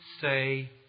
say